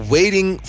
Waiting